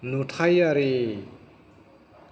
नुथाइयारि